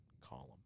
column